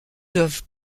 doivent